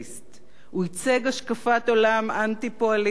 הוא ייצג השקפת עולם אנטי-פועלית מובהקת,